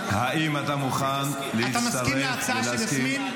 לדחות את ההצבעה.